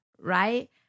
right